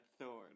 Thorn